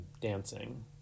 dancing